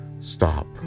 stop